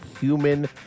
human